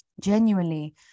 Genuinely